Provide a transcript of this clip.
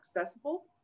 accessible